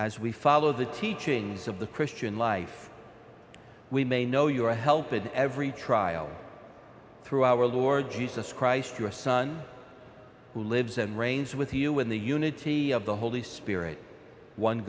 as we follow the teachings of the christian life we may know your help in every trial through our lord jesus christ your son who lives and reigns with you in the unity of the holy spirit one